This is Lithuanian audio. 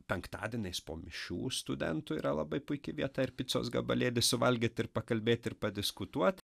penktadieniais po mišių studentų yra labai puiki vieta ir picos gabalėlį suvalgyt ir pakalbėt ir padiskutuot